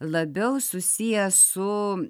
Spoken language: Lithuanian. labiau susiję su